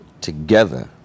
together